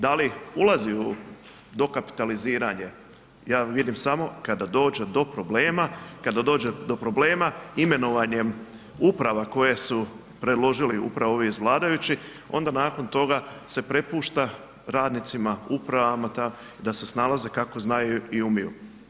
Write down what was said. Da li ulazi u dokapitaliziranje ja vidim samo kada dođe do problema, kada dođe do problema imenovanjem uprava koje su predložili upravo ovi iz vladajućih onda nakon toga se prepušta radnicima, upravama ta da se snalaze kako znaju i umiju.